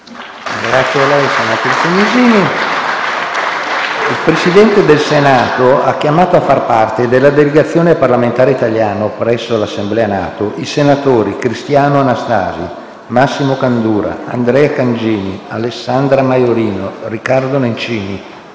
apre una nuova finestra"). Il Presidente del Senato ha chiamato a far parte della delegazione parlamentare italiana presso l'Assemblea NATO i senatori: Cristiano Anastasi, Massimo Candura, Andrea Cangini, Alessandra Maiorino, Riccardo Nencini,